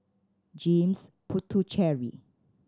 James Puthucheary